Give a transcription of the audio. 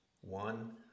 one